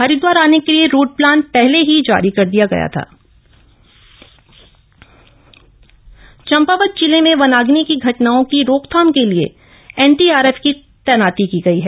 हरिद्वाप्त आने के लिए रूट प्लाम पहले ही जप्री कर दिय गय थ वनाग्नि चम्पावत जिले में वनाम्नि की घटनाओं की रोकथाम के लिए एनडीआरएफ की तैनासी की गई है